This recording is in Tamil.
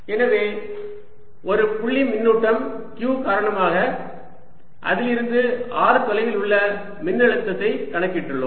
எனவே ஒரு புள்ளி மின்னூட்டம் q காரணமாக அதிலிருந்து r தொலைவில் உள்ள மின்னழுத்தத்தை கணக்கிட்டுள்ளோம்